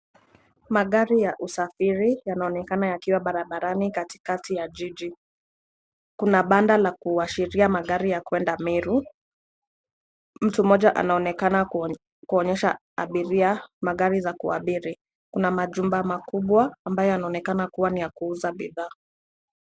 Magari ya usafiri yanaonekana yakiwa barabarani katikati ya jiji. Kuna banda la kuashiria magari ya kuenda Meru. Mtu mmoja anaonekana kuonyesha abiria magari za kuabiri. Kuna majumba makubwa ambayo yanaonekana kuwa ni ya kuuza bidhaa.